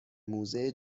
موزه